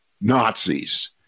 Nazis